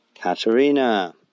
...Katerina